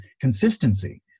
consistency